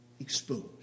exposed